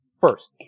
first